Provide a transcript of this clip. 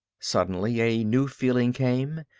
suddenly a new feeling came,